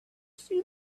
see